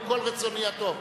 עם כל רצוני הטוב.